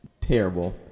Terrible